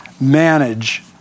manage